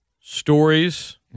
stories